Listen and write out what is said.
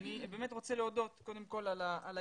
אני באמת רוצה להודות על היוזמה.